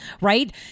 Right